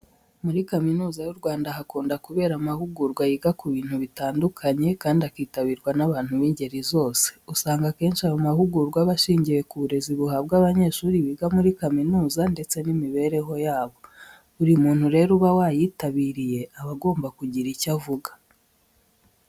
Muri Kaminuza y'u Rwanda hakunda kubera amahugurwa yiga ku bintu bitandukanye, kandi akitabirwa n'abantu b'ingeri zose. Usanga akenshi ayo mahugurwa aba ashingiye ku burezi buhabwa abanyeshuri biga muri kaminuza, ndetse n'imibereho yabo. Buri muntu rero uba wayitabiriye, aba agomba kugira icyo avuga.